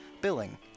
billing